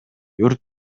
өрт